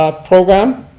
ah program.